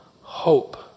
hope